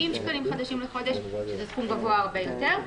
שקלים בחודש וזה סכום גבוה הרבה יותר.